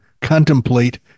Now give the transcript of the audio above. contemplate